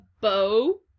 bow